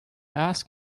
asked